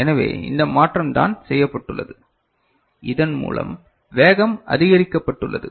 எனவே இந்த மாற்றம் தான் செய்யப்பட்டுள்ளது இதன் மூலம் வேகம் அதிகரிக்கப்பட்டுள்ளது